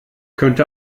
könnte